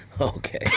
Okay